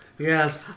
Yes